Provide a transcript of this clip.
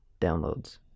downloads